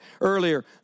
earlier